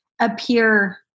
appear